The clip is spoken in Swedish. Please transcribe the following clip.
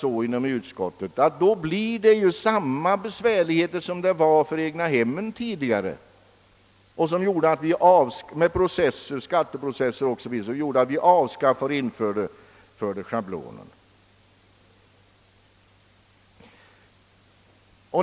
Inom utskottet anser vi att det då skulle bli samma besvärligheter som rådde beträffande egna hemmen tidigare med skatteprocesser och som gjorde att vi införde schabloner.